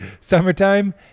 Summertime